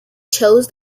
chose